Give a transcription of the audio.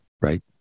right